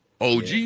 OG